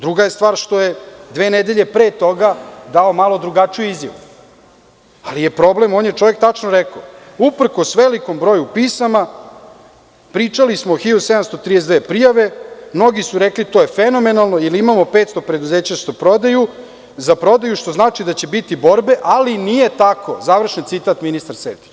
Druga je stvar što je dve nedelje pre toga dao malo drugačiju izjavu, ali on je čovek tačno rekao – uprkos velikom broju pisama, pričali smo o 1.732 prijave, mnogi su rekli to je fenomenalno jer imamo 500 preduzeća što prodaju, što znači da će biti borbe, ali nije tako, završen citat, ministar Sertić.